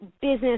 business